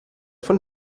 von